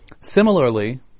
similarly